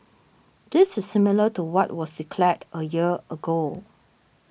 this is similar to what was declared a year ago